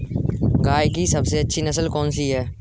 गाय की सबसे अच्छी नस्ल कौनसी है?